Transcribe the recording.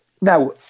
Now